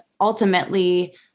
ultimately